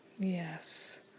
Yes